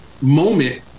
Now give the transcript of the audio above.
moment